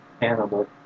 animal